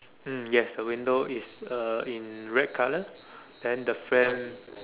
mm yes the window is uh in red colour then the fan